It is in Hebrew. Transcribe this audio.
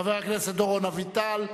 חבר הכנסת דורון אביטל,